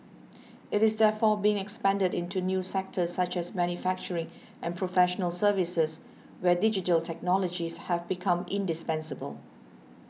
it is therefore being expanded into new sectors such as manufacturing and professional services where digital technologies have become indispensable